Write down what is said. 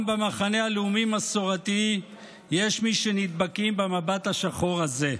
גם במחנה הלאומי-מסורתי יש מי שנדבקים במבט השחור הזה,